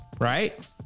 Right